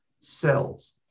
cells